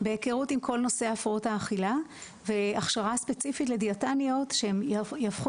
כל נושא הפרעות האכילה והכשרה ספציפית לדיאטניות שהן יהפכו